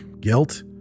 Guilt